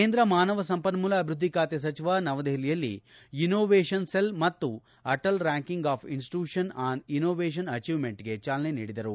ಕೇಂದ್ರ ಮಾನವ ಸಂಪನ್ಮೂಲ ಅಭಿವೃದ್ದಿ ಖಾತೆ ಸಚಿವ ನವದೆಹಲಿಯಲ್ಲಿ ಇನ್ನೋವೇಷನ್ ಸೆಲ್ ಮತ್ತು Atal ranking of institution on innovation ಅಚೀವ್ಮೆಂಟ್ಗೆ ಚಾಲನೆ ನೀಡಿದರು